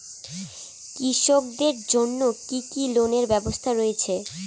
কৃষকদের জন্য কি কি লোনের ব্যবস্থা রয়েছে?